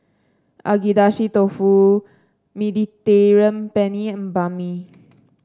Agedashi Dofu Mediterranean Penne and Banh Mi